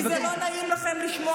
כי הוא רוצה להוריד אותי מהדוכן.